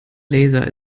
laser